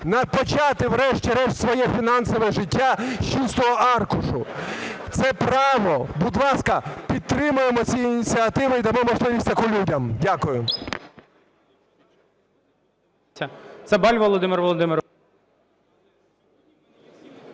і почати врешті-решт своє фінансове життя з чистого аркушу. Це право. Будь ласка, підтримаємо ці ініціативи і дамо можливість таку людям. Дякую.